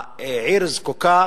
העיר זקוקה